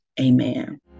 Amen